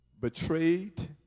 betrayed